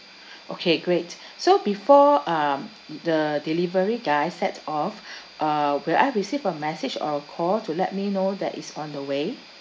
okay great so before um the delivery guy set off uh will I receive a message or a call to let me know that it's on the way